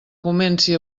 comenci